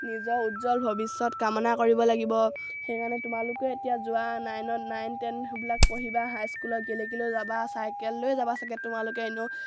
নিজৰ উজ্জ্বল ভৱিষ্যত কামনা কৰিব লাগিব সেইকাৰণে তোমালোকে এতিয়া যোৱা নাইনত নাইন টেনবিলাক পঢ়িবা হাইস্কুলৰ গেলেকীলৈও যাবা চাইকেল লৈ যাবা চাগে তোমালোকে এনেও